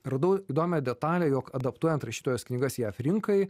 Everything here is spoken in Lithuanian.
radau įdomią detalę jog adaptuojant rašytojos knygas jav rinkai